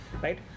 right